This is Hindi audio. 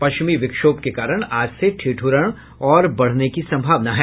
पश्चिमी विक्षोभ के कारण आज से ठिठ्रन और बढ़ने की संभावना है